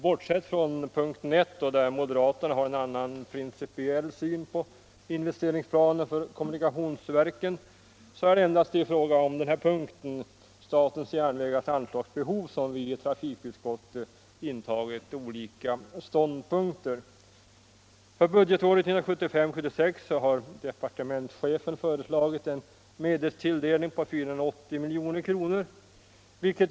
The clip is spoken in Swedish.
Bortsett från punkten 1, där moderaterna har en annan principiell syn på investeringsplanerna för kommunikationsverken, har vi intagit olika ståndpunkter endast i fråga om den här punkten, statens järnvägars anslagsbehov. För budgetåret 1975/76 har departementschefen föreslagit en medelstilldelning på 480 milj.kr.